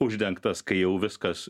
uždengtas kai jau viskas